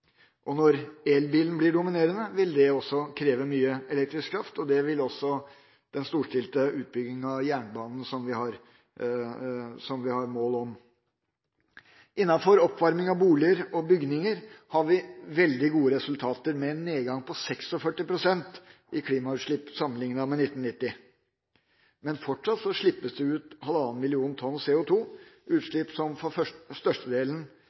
Når elbilen blir dominerende, vil det kreve mye elektrisk kraft. Det vil også den storstilte utbygginga av jernbanen som vi har planer om. Når det gjelder oppvarming av boliger og bygninger, har vi veldig gode resultater med en nedgang på 46 pst. i klimautslipp sammenlignet med 1990. Men fortsatt slippes det ut halvannen million tonn CO2, utslipp som for størstedelen